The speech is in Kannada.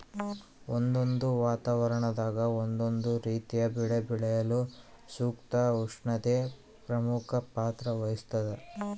ಒಂದೊಂದು ವಾತಾವರಣದಾಗ ಒಂದೊಂದು ರೀತಿಯ ಬೆಳೆ ಬೆಳೆಯಲು ಸೂಕ್ತ ಉಷ್ಣತೆ ಪ್ರಮುಖ ಪಾತ್ರ ವಹಿಸ್ತಾದ